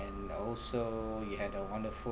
also you had a wonderful